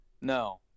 No